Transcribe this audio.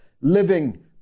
living